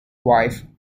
wife